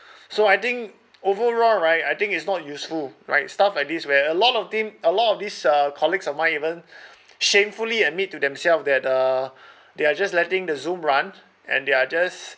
so I think overall right I think it's not useful right stuff like this where a lot of thing a lot of this uh colleagues of mine even shamefully admit to themselves that uh they are just letting the zoom run and they are just